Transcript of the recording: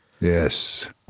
Yes